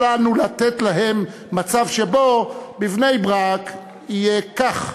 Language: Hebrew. אל לנו לתת להם מצב שבו בבני-ברק יהיה כך,